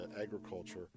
agriculture